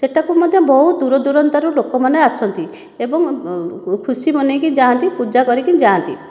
ସେଠାକୁ ମଧ୍ୟ ବହୁତ ଦୂରରୁ ଦୂରାନ୍ତରୁ ଲୋକମାନେ ଆସନ୍ତି ଏବଂ ଖୁସି ମନେଇକି ଯାଆନ୍ତି ପୂଜା କରିକି ଯାଆନ୍ତି